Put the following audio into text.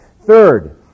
Third